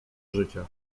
życia